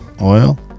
Oil